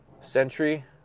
century